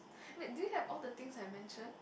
wait do you have all the things I mentioned